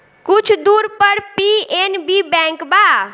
कुछ दूर पर पी.एन.बी बैंक बा